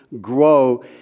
grow